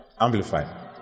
Amplify